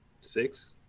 six